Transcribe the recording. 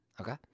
Okay